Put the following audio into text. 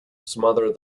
smothered